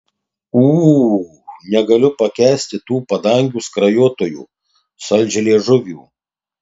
ū negaliu pakęsti tų padangių skrajotojų saldžialiežuvių